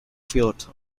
fullerton